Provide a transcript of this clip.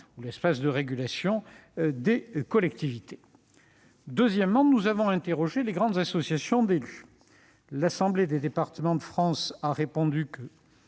ou l'espace de régulation des collectivités. Deuxièmement, nous avons interrogé les grandes associations d'élus. L'Assemblée des départements de France a répondu que